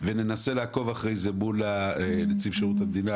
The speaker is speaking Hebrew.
וננסה לעקוב אחרי זה מול נציב שירות המדינה